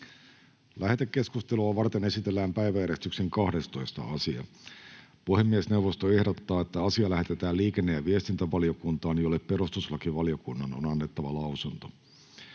Lähetekeskustelua varten esitellään päiväjärjestyksen 12. asia. Puhemiesneuvosto ehdottaa, että asia lähetetään liikenne- ja viestintävaliokuntaan, jolle perustuslakivaliokunnan on annettava lausunto.